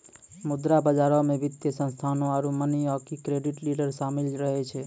मुद्रा बजारो मे वित्तीय संस्थानो आरु मनी आकि क्रेडिट डीलर शामिल रहै छै